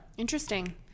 Interesting